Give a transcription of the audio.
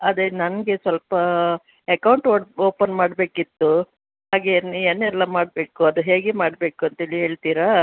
ಅದೇ ನನಗೆ ಸ್ವಲ್ಪ ಎಕೌಂಟ್ ಓಟ್ ಓಪನ್ ಮಾಡಬೇಕಿತ್ತು ಹಾಗೆ ಏನೆಲ್ಲ ಮಾಡಬೇಕು ಅದು ಹೇಗೆ ಮಾಡಬೇಕು ಅಂತೇಳಿ ಹೇಳ್ತೀರಾ